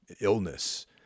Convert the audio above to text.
illness